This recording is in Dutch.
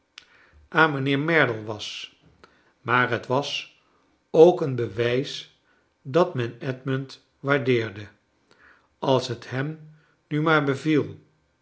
aan mijnheer merdle was maar het was ook een bewijs dat men edmund waardeerde als t hem nu maar beviel